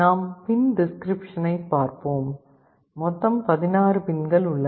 நாம் பின் டிஸ்கிரிப்க்ஷனைப் பார்ப்போம் மொத்தம் 16 பின்கள் உள்ளன